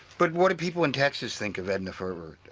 but what did people in texas think of edna ferber?